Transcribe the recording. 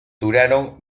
duraron